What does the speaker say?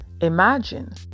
imagine